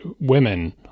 women